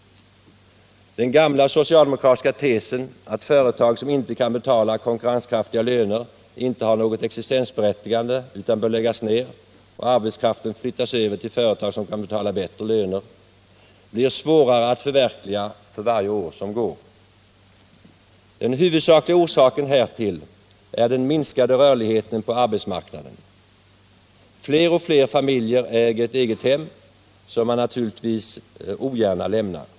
Den gamla socialdemokratiska tesen att företag som inte kan betala konkurrenskraftiga löner inte har något existensberättigade utan bör läggas ner och arbetskraften flyttas över till företag som kan betala bättre löner blir svårare att förverkliga för varje år som går. Den huvudsakliga orsaken härtill är den minskade rörligheten på arbetsmarknaden. Fler och fler familjer äger ett egnahem, som man naturligtvis ogärna lämnar.